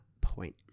point